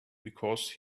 because